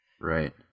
Right